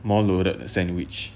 more loaded sandwich